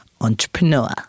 entrepreneur